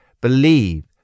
believe